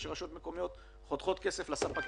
כשרשויות מקומיות חותכות כסף לספקים.